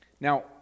Now